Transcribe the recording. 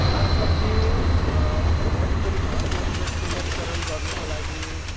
सागसब्जी वरिपरि घरको वरिपरि सुन्दरीकरण गर्नुको लागि